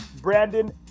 Brandon